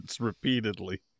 repeatedly